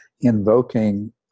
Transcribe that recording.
invoking